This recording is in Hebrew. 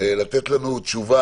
לתת לנו תשובה